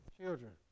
children